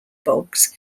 bogs